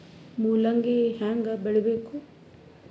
ಮೂಲಂಗಿ ಹ್ಯಾಂಗ ಬೆಳಿಬೇಕು?